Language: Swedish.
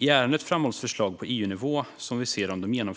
I ärendet framhålls förslag på EU-nivå som vi menar